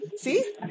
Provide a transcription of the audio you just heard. See